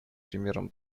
примером